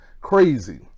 Crazy